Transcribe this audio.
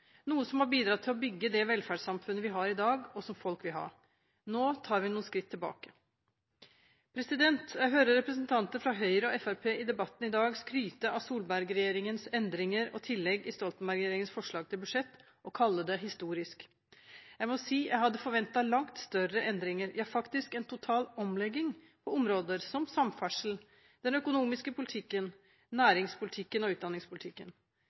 noe som har bidratt til å bygge det velferdssamfunnet vi har i dag, og som folk vil ha. Nå tar vi noen skritt tilbake. Jeg hører i debatten i dag representanter fra Høyre og Fremskrittspartiet skryte av Solberg-regjeringens endringer og tillegg i Stoltenberg-regjeringens forslag til budsjett og kalle det historisk. Jeg må si at jeg hadde forventet langt større endringer – ja, faktisk en total omlegging på områder som samferdsel, den økonomiske politikken, næringspolitikken og utdanningspolitikken.